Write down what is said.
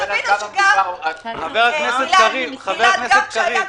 גם כשהיו החיסונים,